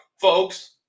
folks